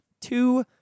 Two